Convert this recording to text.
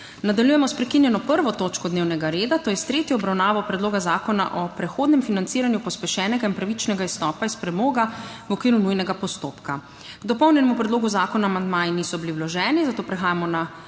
Nadaljujemo **prekinjeno 1. točko dnevnega reda - tretja obravnava Predloga zakona o prehodnem financiranju pospešenega in pravičnega izstopa iz premoga v okviru nujnega postopka.** K dopolnjenemu predlogu zakona amandmaji niso bili vloženi, zato prehajamo na